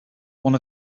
one